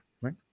right